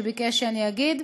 שביקש שאגיד: